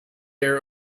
air